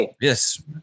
yes